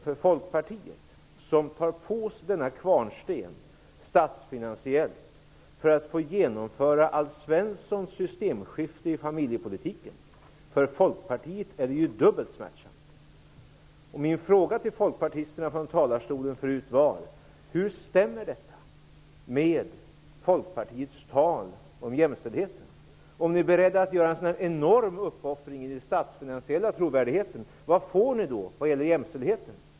För Folkpartiet, som tar på sig denna kvarnsten statsfinansiellt för att genomföra Alf Svenssons systemskifte i familjepolitiken, är detta dubbelt smärtsamt. Min fråga från kammarens talarstol till folkpartisterna var: Hur stämmer detta med Folkpartiets tal om jämställdhet? Om ni är beredda att göra en sådan enorm uppoffring vad gäller den statsfinansiella trovärdigheten, vad får ni då ut när det gäller jämställdheten?